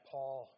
Paul